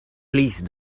please